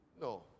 No